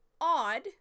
odd